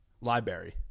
Library